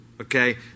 Okay